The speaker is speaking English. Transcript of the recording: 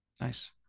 Nice